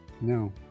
No